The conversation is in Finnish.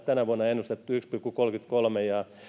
tänä vuonna ennustettu on yhden pilkku kolmannenkymmenennenkolmannen